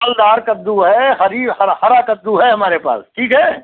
फलदार कद्दू है हरी हरा हरा कद्दू है हमारे पास ठीक है